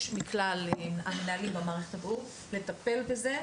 מכלל המנהלים במערכת הבריאות לטפל בזה,